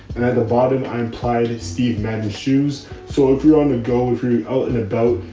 and at the bottom i implied steve madden shoes. so if you're on the go, if you're out and about,